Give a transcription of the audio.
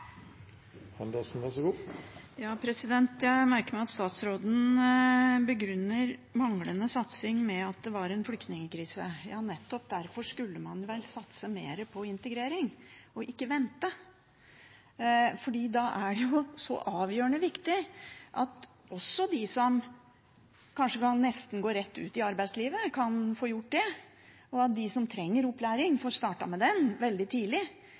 meg at statsråden begrunner manglende satsing med at det var flyktningkrise. Ja, nettopp derfor skulle man vel satset mer på integrering og ikke vente. Da er det jo så avgjørende viktig at de som nesten kan gå rett ut i arbeidslivet, kan få gjort det, og at de som trenger opplæring, får startet med den veldig